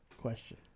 question